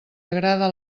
agrada